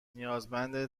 نیازمند